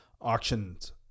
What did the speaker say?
auctions